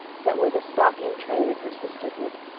that were the stock in trade of her sisterhood.